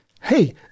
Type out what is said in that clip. Hey